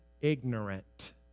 ignorant